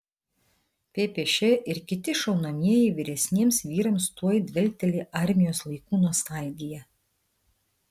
ppš ir kiti šaunamieji vyresniems vyrams tuoj dvelkteli armijos laikų nostalgija